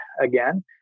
again